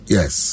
Yes